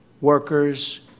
workers